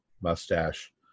mustache